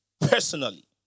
personally